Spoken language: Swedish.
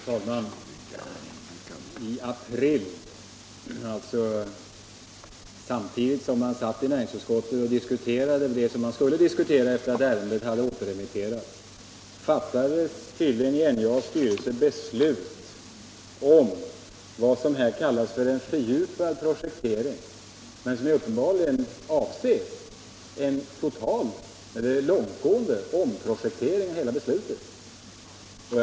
Herr talman! I april — alltså samtidigt som man i näringsutskottet satt och diskuterade det som man skulle diskutera efter det att ärendet hade återremitterats — fattades tydligen i NJA:s styrelse beslut om vad som här kallas för en fördjupad projektering men som uppenbarligen avser en total eller långtgående omprojektering av det hela.